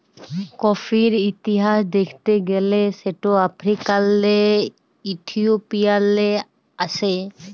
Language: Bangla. কফির ইতিহাস দ্যাখতে গ্যালে সেট আফ্রিকাল্লে ইথিওপিয়াল্লে আস্যে